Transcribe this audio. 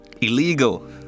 Illegal